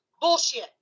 bullshit